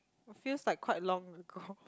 feels like quite long ago